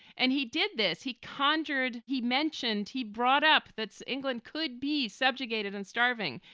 and he did this. he conjured he mentioned he brought up that's england could be subjugated and starving.